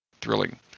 thrilling